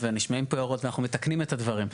ונשמעות פה הערות ואנחנו מתקנים את הדברים.